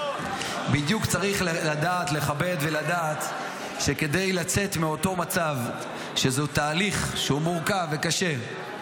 בדיוק צריך לכבד ולדעת שכדי לצאת מאותו מצב זהו תהליך שהוא מורכב וקשה.